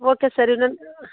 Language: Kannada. ಓಕೆ ಸರ್ ಇನ್ನೊಂದು